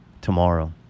tomorrow